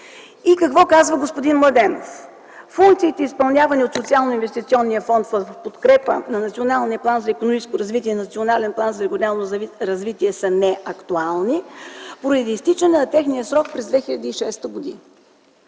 И какво казва господин Младенов: функциите, изпълнявани от Социалноинвестиционния фонд в подкрепа на Националния план за икономическо развитие и Национален план за регионално развитие са неактуални, поради изтичане на техния срок през 2006 г.